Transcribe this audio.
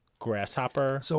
Grasshopper